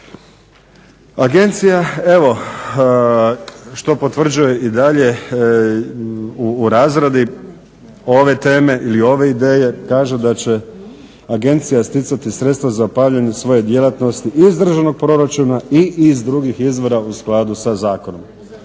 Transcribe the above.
Agencija evo što potvrđuje i dalje u razradi ove teme ili ove ideje, kaže da će "agencija sticati sredstva za paljenje svoje djelatnosti iz državnog proračuna i iz drugih izvora u skladu sa zakonom".